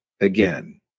again